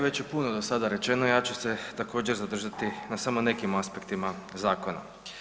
Već je puno do sada rečeno, ja ću se također zadržati na smo nekim aspektima zakona.